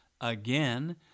again